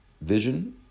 vision